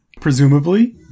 Presumably